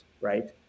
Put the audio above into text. right